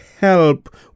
help